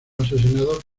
asesinados